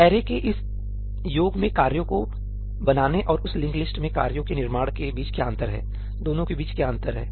array के इस योग में कार्यों को बनाने और उस लिंक्ड लिस्ट में कार्यों के निर्माण के बीच क्या अंतर है दोनों के बीच क्या अंतर है